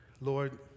Lord